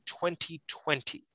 2020